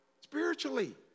spiritually